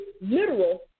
literal